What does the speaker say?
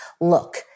look